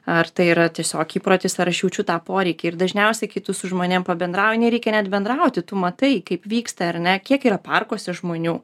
ar tai yra tiesiog įprotis ar aš jaučiu tą poreikį ir dažniausiai kai tu su žmonėm pabendrauji nereikia net bendrauti tu matai kaip vyksta ar ne kiek yra parkuose žmonių